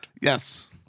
Yes